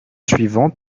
suivants